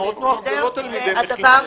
תנועות נוער זה לא תלמידי מכינה.